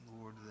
Lord